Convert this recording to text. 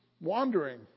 wandering